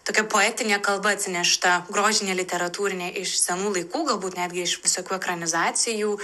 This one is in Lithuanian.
tokia poetinė kalba atsinešta grožinė literatūrinė iš senų laikų galbūt netgi iš visokių ekranizacijų